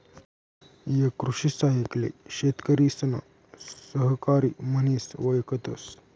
एक कृषि सहाय्यक ले शेतकरिसना सहकारी म्हनिस वयकतस